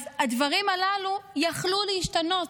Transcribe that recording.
הדברים הללו יכלו להשתנות.